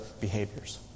behaviors